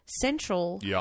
central